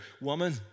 woman